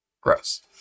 Gross